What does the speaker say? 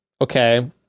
okay